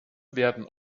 werden